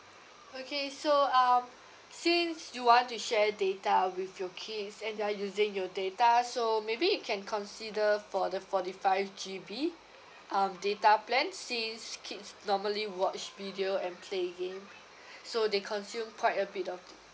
okay so um since you want to share data with your kids and you're using your data so maybe you can consider for the forty five G_B um data plan since kids normally watch video and play game so they consume quite a bit of